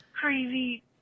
crazy